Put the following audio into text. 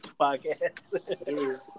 podcast